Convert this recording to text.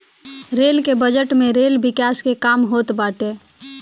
rail के budget में rail विकास के काम होत बाटे